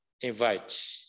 invite